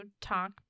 talk